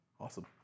Awesome